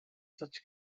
such